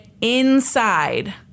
inside